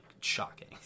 shocking